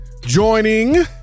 joining